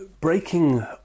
breaking